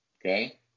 okay